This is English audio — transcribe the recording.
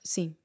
Sim